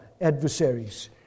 adversaries